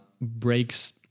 breaks